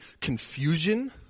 Confusion